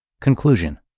Conclusion